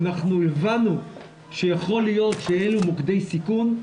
אנחנו הבנו שיכול להיות שאלו מוקדי סיכון,